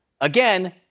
Again